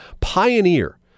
pioneer